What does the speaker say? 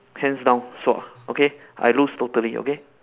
hands down sua okay I lose totally okay